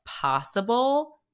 possible